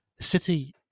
city